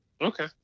Okay